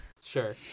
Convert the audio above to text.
Sure